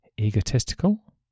egotistical